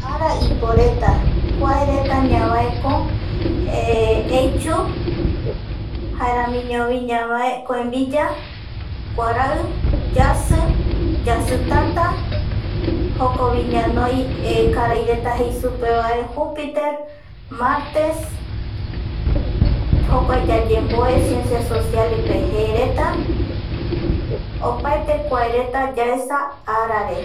Ara iporeta kuae reta ñavaeko eichu jaeramiñovi ñavae koembiya, kuarai, yasi, yasitata, jokovi ñanoi karaireta jei supe vae, jupiter, martes, jokua yayemboe ciencias sociales pe je reta opaete kuareta yaesa arare.